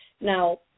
Now